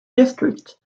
district